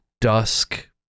dusk